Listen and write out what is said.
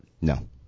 No